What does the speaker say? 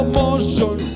motion